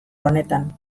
honetan